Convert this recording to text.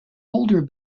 older